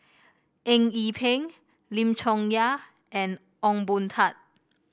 Eng Yee Peng Lim Chong Yah and Ong Boon Tat